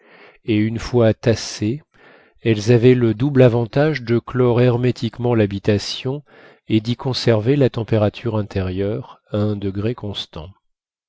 et une fois tassées elles avaient le double avantage de clore hermétiquement l'habitation et d'y conserver la température intérieure à un degré constant